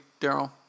Daryl